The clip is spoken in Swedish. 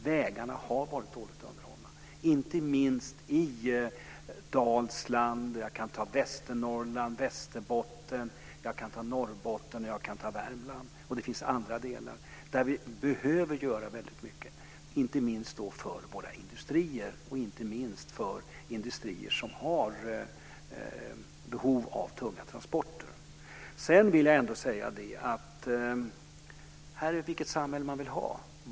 Vägarna har varit dåligt underhållna, inte minst i Dalsland, Västernorrland, Västerbotten, Norrbotten och Värmland. Det finns också andra delar där vi behöver göra väldigt mycket, inte minst för våra industrier och framför allt de industrier som har behov av tunga transporter. Det här handlar om vilket samhälle vi vill ha.